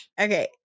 Okay